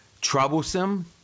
Troublesome